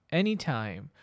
anytime